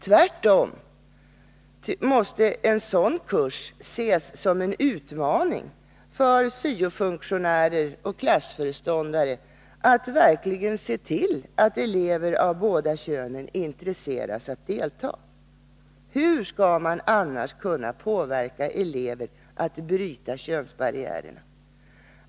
Tvärtom måste en sådan kurs ses som en utmaning för syofunktionärer och klassföreståndare att verkligen se till att elever av båda könen intresseras att delta. Hur skall man annars kunna påverka elever att bryta könsbarriärerna?